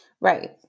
Right